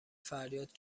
فریاد